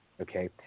Okay